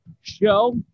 show